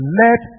let